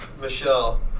Michelle